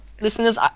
listeners